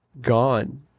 gone